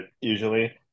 usually